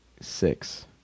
six